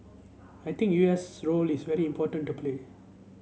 I think U S role is very important to play